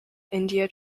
india